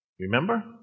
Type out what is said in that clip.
Remember